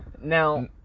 Now